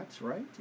Right